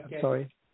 Sorry